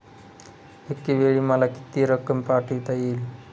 एकावेळी मला किती रक्कम पाठविता येईल?